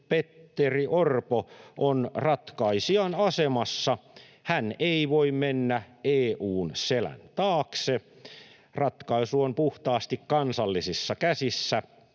Petteri Orpo on ratkaisijan asemassa, ja hän ei voi mennä EU:n selän taakse. Ratkaisu on puhtaasti kansallisissa käsissä.”